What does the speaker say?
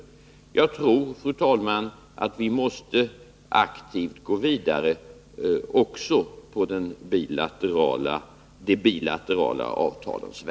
brottslingens hem Jag tror, fru talman, att vi aktivt måste gå vidare också på de bilaterala Jand